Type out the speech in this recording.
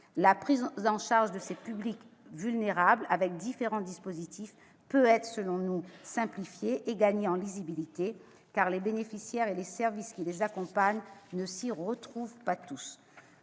La prise en charge de ces publics vulnérables par différents dispositifs peut être simplifiée et gagner en lisibilité ; les bénéficiaires et les services qui les accompagnent ne s'y retrouvent pas tous.